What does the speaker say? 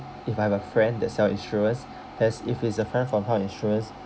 if I have a friend that sell insurance as if it's a friend from how insurance